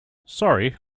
sorry